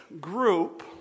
group